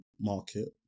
market